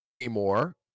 anymore